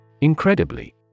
Incredibly